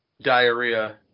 diarrhea